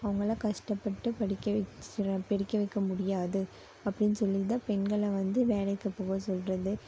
அவங்கல்லாம் கஷ்டப்பட்டு படிக்க வச்சுற படிக்க வைக்க முடியாது அப்படினு சொல்லி இருந்தால் பெண்களை வந்து வேலைக்குப் போக சொல்வது